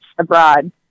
abroad